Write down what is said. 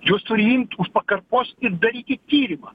jos turi imti už pakarpos ir daryti tyrimą